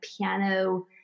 piano